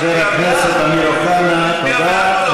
חבר הכנסת אמיר אוחנה, תודה.